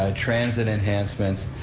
ah transit enhancements,